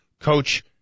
Coach